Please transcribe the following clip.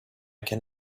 can